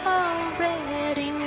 already